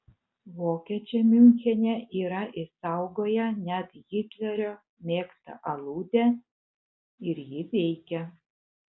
vokiečiai miunchene yra išsaugoję net hitlerio mėgtą aludę ir ji veikia